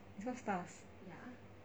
it's called stars